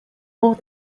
more